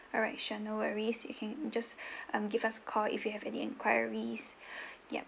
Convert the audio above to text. alright sure no worries you can just um give us call if you have any enquiries yup